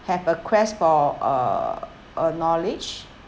have a quest for uh uh knowledge